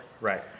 Right